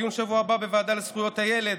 דיון בשבוע הבא בוועדה לזכויות הילד,